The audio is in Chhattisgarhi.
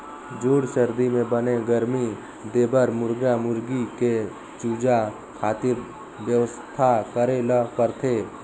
जूड़ सरदी म बने गरमी देबर मुरगा मुरगी के चूजा खातिर बेवस्था करे ल परथे